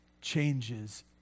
changes